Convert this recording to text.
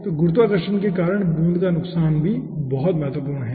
तो गुरुत्वाकर्षण के कारण बूंद का नुकसान भी बहुत महत्वपूर्ण है